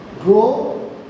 grow